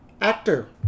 actor